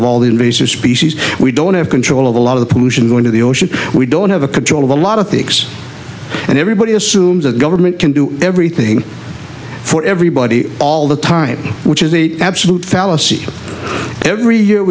of all the invasive species we don't have control of a lot of the pollution going to the ocean we don't have a control of a lot of the x and everybody assumes that government can do everything for everybody all the time which is the absolute fallacy every year